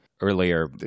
Earlier